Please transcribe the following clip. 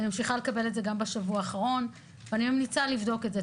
אני ממשיכה לקבל את זה גם בשבוע האחרון ואני ממליצה לבדוק את זה.